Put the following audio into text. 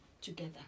together